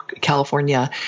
California